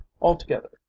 altogether